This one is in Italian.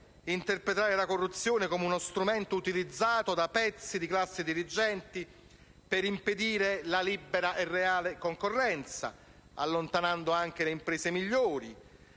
interpretare la corruzione come uno strumento utilizzato da pezzi di classe dirigente per impedire la libera e reale concorrenza, allontanando anche le imprese migliori.